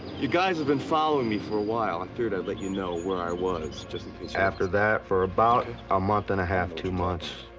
you guys have been following me for a while. i figured i'd let you know where i was, just after that for, about a month and a half, two months,